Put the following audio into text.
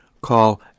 Call